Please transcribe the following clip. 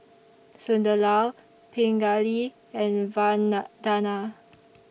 Sunderlal Pingali and